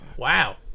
Wow